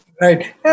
Right